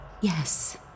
Yes